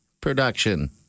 production